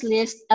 List